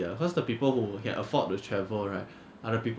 figure out investments and everything it's just easier lah